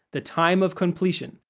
the time of completion,